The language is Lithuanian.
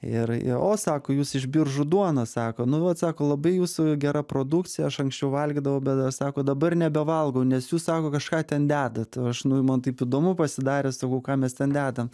ir o sako jūs iš biržų duonos sako nu vat sako labai jūsų gera produkcija aš anksčiau valgydavau bet dar sako dabar nebevalgau nes jūs sako kažką ten dedat aš nu man taip įdomu pasidarė sakau ką mes ten dedam